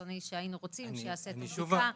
החיצוני שהיינו רוצים שיעשה בדיקה.